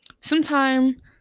sometime